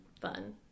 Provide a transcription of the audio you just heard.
fun